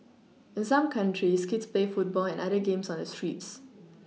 in some countries kids play football and other games on the streets